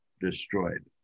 destroyed